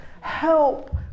help